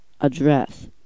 address